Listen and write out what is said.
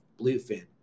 bluefin